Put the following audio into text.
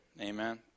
amen